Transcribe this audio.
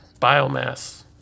biomass